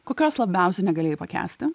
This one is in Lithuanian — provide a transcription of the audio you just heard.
kokios labiausiai negalėjai pakęsti